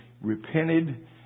repented